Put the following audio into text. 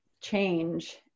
change